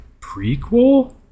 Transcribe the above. prequel